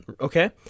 okay